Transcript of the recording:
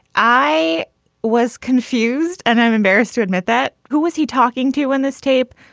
i was confused. and i'm embarrassed to admit that. who was he talking to in this tape?